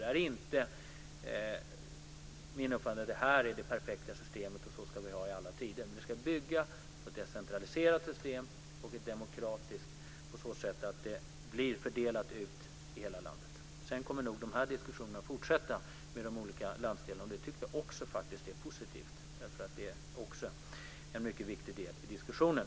Det är inte min uppfattning att det här är det perfekta systemet som vi ska ha i alla tider. Vi ska bygga ett decentraliserat och demokratiskt system på så sätt att det fördelar sig över hela landet. Diskussionerna med de olika landsdelarna kommer nog att fortsätta. Det tycker jag faktiskt också är positivt, därför att det också är en mycket viktig del i diskussionen.